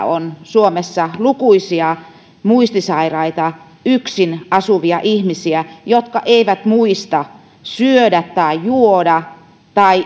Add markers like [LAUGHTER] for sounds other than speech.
[UNINTELLIGIBLE] on suomessa lukuisia muistisairaita yksin asuvia ihmisiä jotka eivät muista syödä tai juoda tai